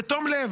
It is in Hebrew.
בתום לב,